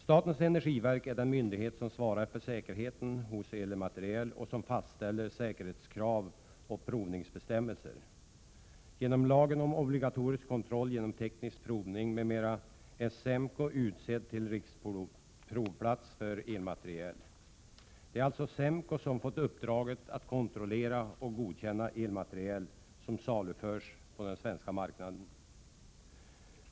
Statens energiverk är den myndighet som svarar för säkerheten hos elmateriel och fastställer säkerhetskrav och provningsbestämmelser. Genom lagen om obligatorisk kontroll genom teknisk provning m.m. är SEMKO utsedd till riksprovplats för elmateriel. Det är alltså SEMKO som har fått uppdraget att kontrollera och godkänna elmateriel som saluförs på den svenska marknaden.